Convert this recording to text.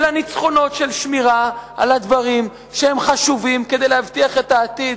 אלא ניצחונות של שמירה על הדברים שהם חשובים כדי להבטיח את העתיד,